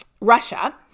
Russia